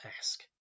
ask